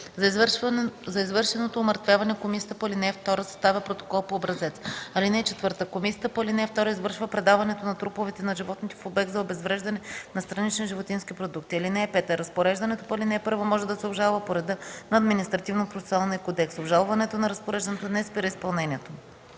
За извършеното умъртвяване комисията по ал. 2 съставя протокол по образец. (4) Комисията по ал. 2 извършва предаването на труповете на животните в обект за обезвреждане на странични животински продукти. (5) Разпореждането по ал. 1 може да се обжалва по реда на Административнопроцесуалния кодекс. Обжалването на разпореждането не спира изпълнението